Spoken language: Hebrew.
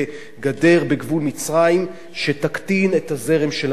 גדר בגבול מצרים תקטין את הזרם של הנכנסים,